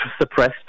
suppressed